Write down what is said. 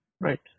Right